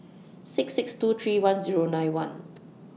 six six two three one Zero nine one